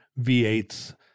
V8s